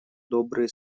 добрые